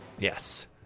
Yes